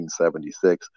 1976